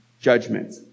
Judgment